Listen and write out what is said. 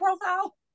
profile